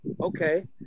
Okay